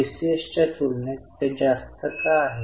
टीसीएसच्या तुलनेत ते जास्त का आहे